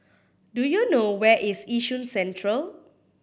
do you know where is Yishun Central